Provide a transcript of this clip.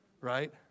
right